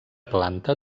planta